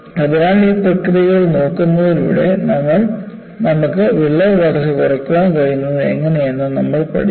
അതിനാൽ ഈ പ്രക്രിയകൾ നോക്കുന്നതിലൂടെ നമുക്ക് വിള്ളൽ വളർച്ച കുറയ്ക്കാൻ കഴിയുന്നത് എങ്ങനെയെന്നും നമ്മൾ പഠിച്ചു